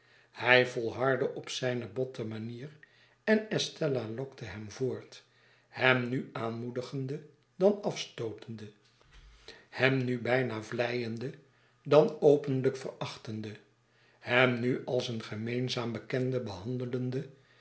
hij volhardde op zijne botte manier en estella lokte hem voort hem nu aanmoedigende dan afstootende hem nu bijna vleiende dan openlijk verachtende hem nu als een gemeenzaam bekende behandelende